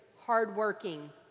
hardworking